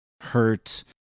hurt